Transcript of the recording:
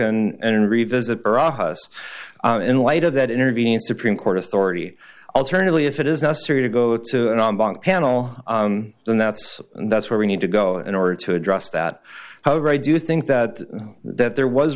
and revisit us in light of that intervening supreme court authority alternatively if it is necessary to go to an on bank panel then that's that's where we need to go in order to address that however i do think that that there was